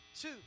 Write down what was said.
two